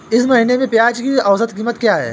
इस महीने में प्याज की औसत कीमत क्या है?